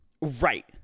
Right